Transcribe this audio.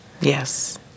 Yes